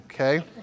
Okay